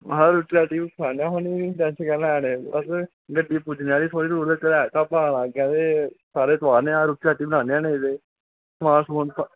में हा रुटी खानी स्हानू बाद च गै गड्डी पुजनै आह्ली थोह्ड़ी देर च ढाबा ऐ अग्गें ते सारे तोआरने आं ते रुट्टी बनाने आं नेईं ते समान